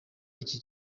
iki